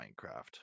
Minecraft